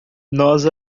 nós